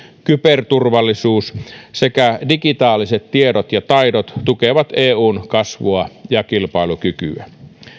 kyberturvallisuus sekä digitaaliset tiedot ja taidot tukevat eun kasvua ja kilpailukykyä